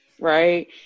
right